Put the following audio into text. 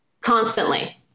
Constantly